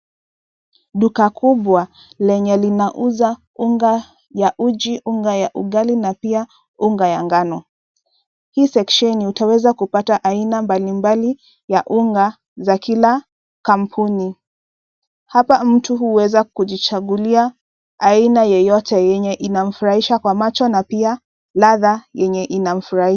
Duka kubwa, lenye linauza unga ya uji, unga ya ugali na pia unga ya ngano. Hii sekshenii utaweza kupata aina mbalimbali ya unga za kila kampuni. Hapa mtu huweza kujichagulia aina yoyote yenye inamfurahisha kwa macho na pia ladha yenye inamfurahisha.